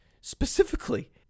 Specifically